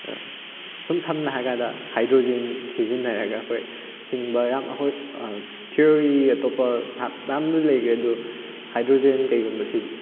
ꯁꯨꯝ ꯁꯝꯅ ꯍꯥꯏꯔ ꯀꯥꯟꯗ ꯍꯥꯏꯗ꯭ꯔꯣꯖꯦꯟ ꯁꯤꯖꯤꯟꯅꯔꯒ ꯑꯩꯈꯣꯏ ꯍꯤꯡꯕ ꯌꯥꯝ ꯑꯩꯈꯣꯏ ꯊꯤꯑꯣꯔꯤ ꯑꯇꯣꯞꯄ ꯃꯌꯥꯝꯕꯨꯗꯤ ꯂꯩꯈ꯭ꯔꯦ ꯑꯗꯣ ꯍꯥꯏꯗ꯭ꯔꯣꯖꯦꯟ ꯀꯔꯤꯒꯨꯝꯕ ꯁꯤꯁꯤ